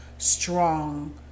strong